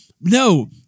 No